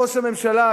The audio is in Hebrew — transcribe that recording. ראש הממשלה,